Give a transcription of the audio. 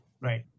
Right